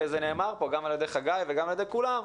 וזה נאמר פה עם ידי חגי ועל ידי כולם,